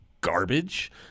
Garbage